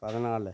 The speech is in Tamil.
பதினாலு